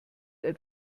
ein